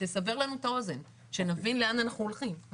תסבר לנו את האוזן שנבין לאן אנחנו הולכים.